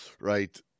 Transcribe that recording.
right